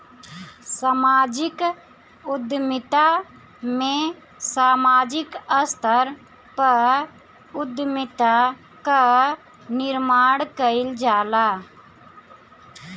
समाजिक उद्यमिता में सामाजिक स्तर पअ उद्यमिता कअ निर्माण कईल जाला